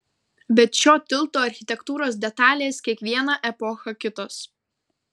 bet šio tilto architektūros detalės kiekvieną epochą kitos